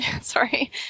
sorry